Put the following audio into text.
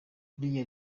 buriya